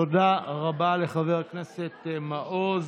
תודה רבה לחבר הכנסת מעוז.